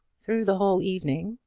through the whole evening,